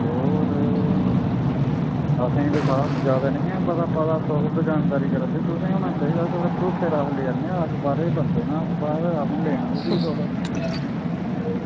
ते होर असें ई जादै निं ऐ पता तुस दुकानदारी करा दे तुसेंगी होना चाहिदा पता थुआढ़े भरोसे उप्पर लैआ नेै आं अस बाहरै दे बंदे न बाहरै ता असें लैनां ते भी तुस